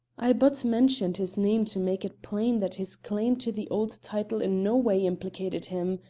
i but mentioned his name to make it plain that his claim to the old title in no way implicated him.